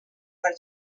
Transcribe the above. per